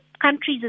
countries